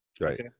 Right